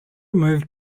moved